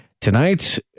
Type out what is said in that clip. tonight